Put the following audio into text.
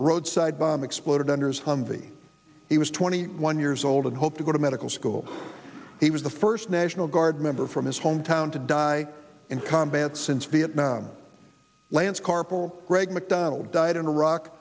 roadside bomb exploded under his humvee he was twenty one years old and to go to medical school he was the first national guard member from his hometown to die in combat since vietnam lance corporal greg macdonald died in iraq